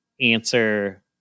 answer